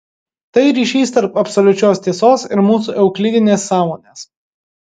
tai ryšys tarp absoliučios tiesos ir mūsų euklidinės sąmonės